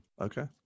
okay